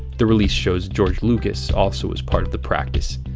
the release shows george lucas also was part of the practice.